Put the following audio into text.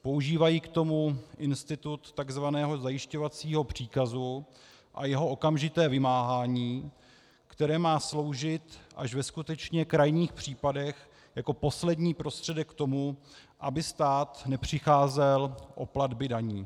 Používají k tomu institut tzv. zajišťovacího příkazu a jeho okamžité vymáhání, které má sloužit až ve skutečně krajních případech jako poslední prostředek k tomu, aby stát nepřicházel o platby daní.